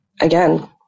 again